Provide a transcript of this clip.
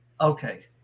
okay